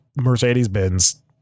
Mercedes-Benz